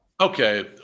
Okay